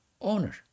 owner